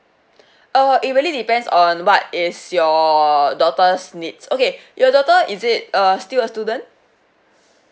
uh it really depends on what is your daughter's needs okay your daughter is it uh still a student